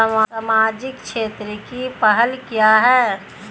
सामाजिक क्षेत्र की पहल क्या हैं?